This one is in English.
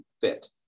fit